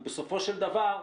ובסופו של דבר,